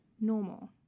normal